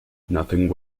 nothing